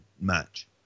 match